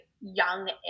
young